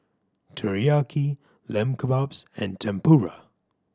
Teriyaki Lamb Kebabs and Tempura